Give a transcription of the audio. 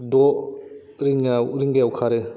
द' रिंगायाव रिंगायाव खारो